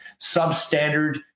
substandard